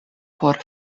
por